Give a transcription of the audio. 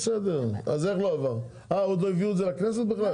עוד לא הביאו את זה לכנסת בכלל?